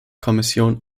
kommission